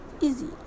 easy